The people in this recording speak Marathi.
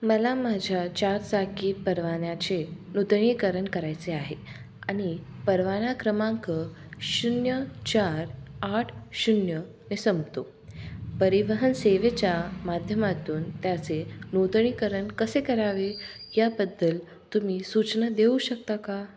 मला माझ्या चारचाकी परवान्याचे नूतनीकरण करायचे आहे आणि परवाना क्रमांक शून्य चार आठ शून्यनी संपतो परिवहन सेवेच्या माध्यमातून त्याचे नूतनीकरण कसे करावे याबद्दल तुम्ही सूचना देऊ शकता का